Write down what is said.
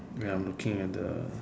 ya I'm looking at the